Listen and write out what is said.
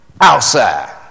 outside